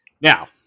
Now